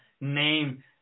name